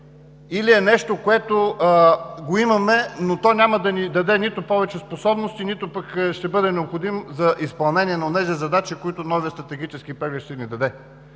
или е нещо, което го имаме, но то няма да ни даде нито повече способности, нито ще бъде необходим за изпълнение на онези задачи, които новият стратегически преглед ще ни даде.